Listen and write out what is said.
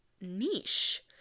niche